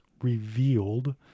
revealed